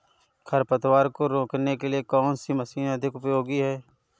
खरपतवार को रोकने के लिए कौन सी मशीन अधिक उपयोगी है?